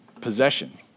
possession